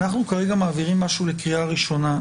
אנחנו כרגע מעבירים משהו לקריאה ראשונה,